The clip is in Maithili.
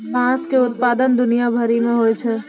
बाँस के उत्पादन दुनिया भरि मे होय छै